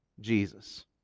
jesus